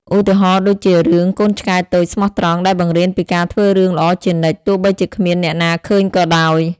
ឧទាហរណ៍ដូចជា រឿង កូនឆ្កែតូចស្មោះត្រង់ ដែលបង្រៀនពីការធ្វើរឿងល្អជានិច្ច ទោះបីជាគ្មានអ្នកណាឃើញក៏ដោយ។